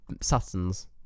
Suttons